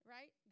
Right